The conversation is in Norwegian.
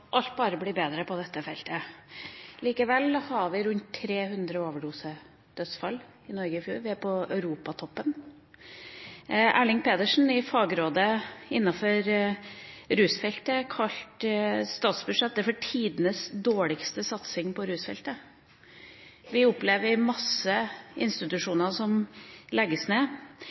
alt bare blir bedre på dette feltet. Likevel hadde vi rundt 300 overdosedødsfall i Norge i fjor. Vi er på europatoppen. Erling Pedersen i Fagrådet innen rusfeltet kalte statsbudsjettet tidenes dårligste satsing på rusfeltet. Vi opplever at mange institusjoner legges ned.